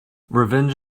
revenge